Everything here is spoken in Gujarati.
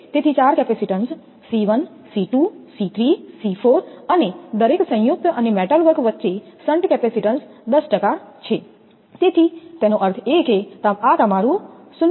તેથી ચાર capacitance C1 C2 C3 C4 અને દરેક સંયુક્ત અને મેટલવર્ક વચ્ચે શન્ટ કેપેસિટેન્સ 10 છે તેથી તેનો અર્થ એ કે આ તમારું 0